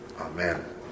Amen